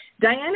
Diana